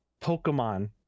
pokemon